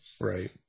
Right